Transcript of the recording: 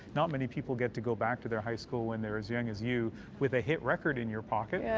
not many people get to go back to their high school when they're as young as you with a hit record in your pocket.